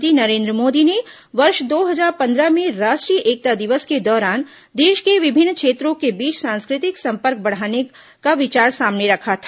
प्रधानमंत्री नरेन्द्र मोदी ने वर्ष दो हजार पंद्रह में राष्ट्रीय एकता दिवस के दौरान देश के विभिन्न क्षेत्रों के बीच सांस्कृतिक सम्पर्क बढ़ाने का विचार सामने रखा था